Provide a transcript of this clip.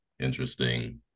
interesting